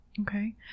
okay